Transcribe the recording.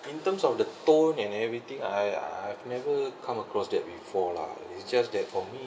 in terms of the tone and everything I I've never come across that before lah it's just that for me